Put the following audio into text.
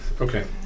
Okay